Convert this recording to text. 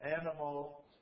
animal